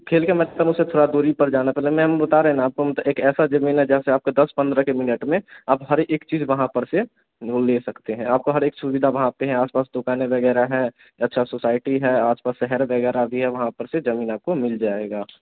खेल के उससे थोड़ा दूरी पर जाना पहले मैम बता रहे ना आपको हम तो एक ऐसी ज़मीन है जहाँ से आपको दस पंद्रह के मिनट में आप हर एक चीज़ वहाँ पर से वह ले सकते हैं आपको हर एक सुविधा वहाँ पर है आस पास दुकानें वग़ैरह हैं अच्छी सोसाइटी है आस पास शहर वग़ैरह भी है वहाँ पर से ज़मीन आपको मिल जाएगी